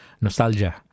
nostalgia